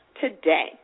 today